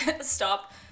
Stop